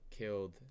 killed